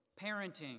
parenting